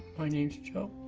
my name is joe.